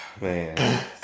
Man